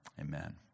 Amen